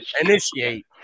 Initiate